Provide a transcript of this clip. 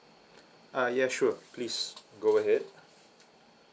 uh ya sure please go ahead